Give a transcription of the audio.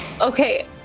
Okay